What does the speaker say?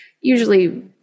usually